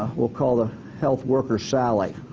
ah we'll call the health worker sally.